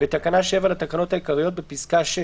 בתקנה 7 לתקנות העיקריות, בפסקה 6